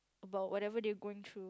about whatever they're going through